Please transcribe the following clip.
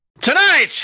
Tonight